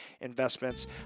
investments